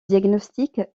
diagnostic